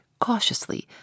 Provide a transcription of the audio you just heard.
cautiously